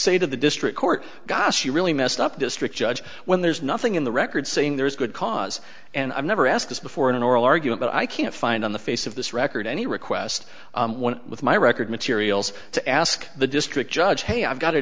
say to the district court gosh you really messed up district judge when there's nothing in the record saying there's good cause and i've never asked this before in an oral argument i can't find on the face of this record any request with my record materials to ask the district judge hey i've got a